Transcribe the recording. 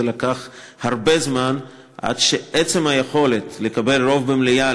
זה לקח הרבה זמן עד לעצם היכולת לקבל רוב במליאה